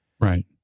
Right